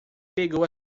pegou